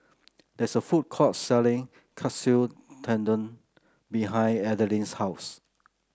there is a food court selling Katsu Tendon behind Adeline's house